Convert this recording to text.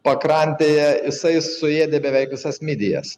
pakrantėje jisai suėdė beveik visas midijas